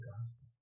gospel